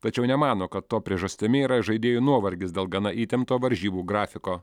tačiau nemano kad to priežastimi yra žaidėjų nuovargis dėl gana įtempto varžybų grafiko